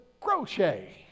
crochet